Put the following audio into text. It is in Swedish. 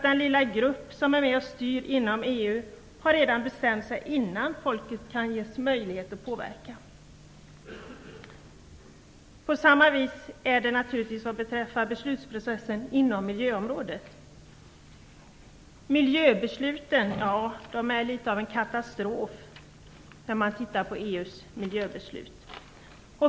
Den lilla grupp som är med och styr inom EU har redan bestämt sig innan folket ges möjlighet att påverka. På samma sätt gäller detta beslutsprocessen inom miljöområdet. Miljöbesluten inom EU är litet av en katastrof.